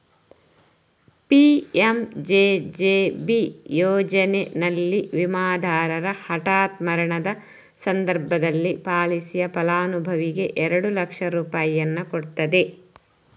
PMJJB ಯೋಜನೆನಲ್ಲಿ ವಿಮಾದಾರರ ಹಠಾತ್ ಮರಣದ ಸಂದರ್ಭದಲ್ಲಿ ಪಾಲಿಸಿಯ ಫಲಾನುಭವಿಗೆ ಎರಡು ಲಕ್ಷ ರೂಪಾಯಿಯನ್ನ ಕೊಡ್ತದೆ